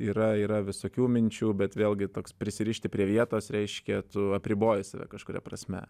yra yra visokių minčių bet vėlgi toks prisirišti prie vietos reiškia tu apriboji save kažkuria prasme